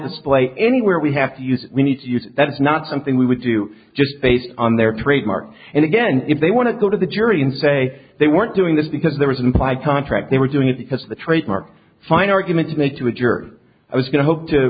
display anywhere we have to use we need to use that is not something we would do just based on their trademark and again if they want to go to the jury and say they weren't doing this because there was an implied contract they were doing it because the trademark fine arguments made to a juror i was going to look to